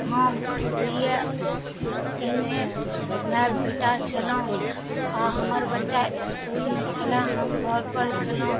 हम दूइये तीन माय बेटा छलहुॅं आ हमर बच्चा इसकुलमे छलए हम घर पर छलहुॅं